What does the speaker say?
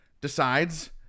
decides